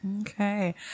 okay